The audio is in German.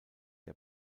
der